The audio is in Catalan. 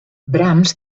brahms